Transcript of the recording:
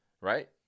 right